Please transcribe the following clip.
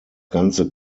ganze